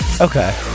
Okay